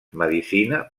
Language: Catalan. medicina